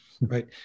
right